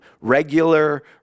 regular